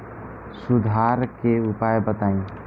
सुधार के उपाय बताई?